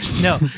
No